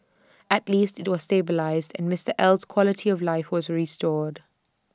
at least IT was stabilised and Mister L's quality of life was restored